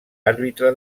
àrbitre